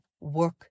work